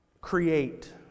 create